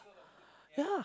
yeah